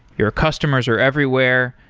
your customers are everywhere.